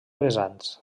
vessants